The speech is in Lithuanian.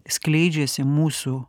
skleidžiasi mūsų